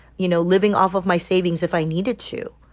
you know, living off of my savings if i needed to,